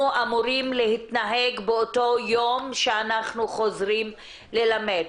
אמורים להתנהג באותו יום שאנחנו חוזרים ללמד.